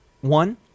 one